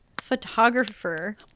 photographer